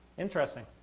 interesting.